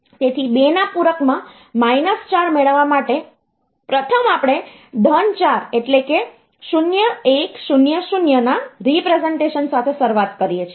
તેથી 2 ના પૂરકમાં 4 મેળવવા માટે પ્રથમ આપણે 4 એટલે કે 0100 ના રીપ્રેસનટેશન સાથે શરૂઆત કરીએ છીએ